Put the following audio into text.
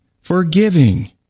Forgiving